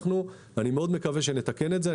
אני מקווה מאוד שנתקן את זה.